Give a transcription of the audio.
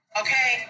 okay